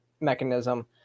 mechanism